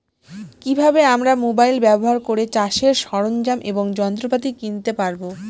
কি ভাবে আমরা মোবাইল ব্যাবহার করে চাষের সরঞ্জাম এবং যন্ত্রপাতি কিনতে পারবো?